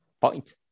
point